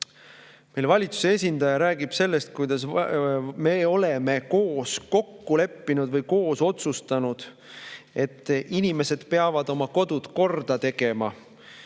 kui valitsuse esindaja räägib sellest, kuidas me oleme koos kokku leppinud või koos otsustanud, et inimesed peavad oma kodud korda tegema.